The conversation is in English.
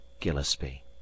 Gillespie